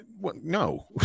No